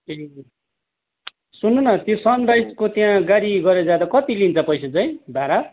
ए सुन्नु न त्यो सनराइजको त्यहाँ गाडी गरेर जाँदा कति लिन्छ पैसा चाहिँ भाडा